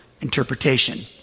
interpretation